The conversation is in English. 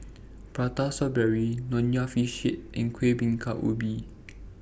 Prata Strawberry Nonya Fish Head and Kuih Bingka Ubi